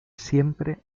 siempre